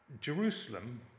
Jerusalem